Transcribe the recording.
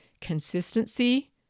Consistency